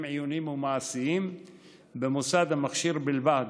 לימודים עיוניים ומעשיים במוסד המכשיר בלבד,